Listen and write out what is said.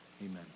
amen